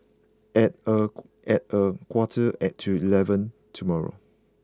at a at a quarter to eleven tomorrow